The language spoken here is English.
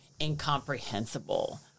incomprehensible